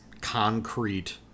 concrete